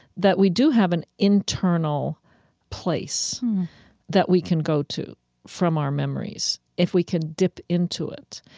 that we do have an internal place that we can go to from our memories if we could dip into it.